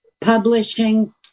Publishing